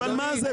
אבל מה זה?